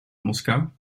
moskou